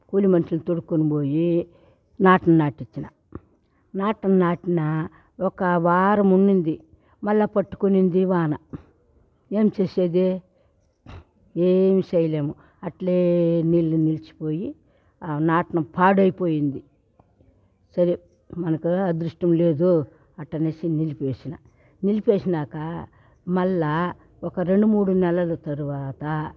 కూలి మనుషులను తోడుకొని పోయి నాటిని నాటించిన నాటిను నాటిన ఒక వారం ఉనింది మళ్ల పట్టుకునింది వాన ఏం చేసేది ఏమీ చేయలేము అట్లే నీళ్లు నిలిచిపోయి ఆ నాటిను పాడైపోయింది సరే మనకు అదృష్టం లేదు అట్ట అనేసి నిలిపేసిన నిలిపేసినాక మళ్ల ఒక రెండు మూడు నెలలు తర్వాత